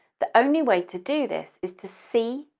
the only way to do this is to see,